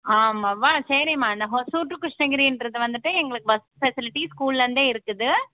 ஆமாவா சரிம்மா நான் ஹோசூர் டூ கிருஷ்ணகிரின்றது வந்துவிட்டு எங்களுக்கு பஸ் ஃபெசிலிட்டிஸ் ஸ்கூல்லேர்ந்தே இருக்குது